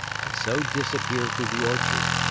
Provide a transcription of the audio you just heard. and so disappear through the orchard.